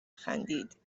خندید